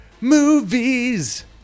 Movies